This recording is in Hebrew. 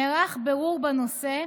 נערך בירור בנושא,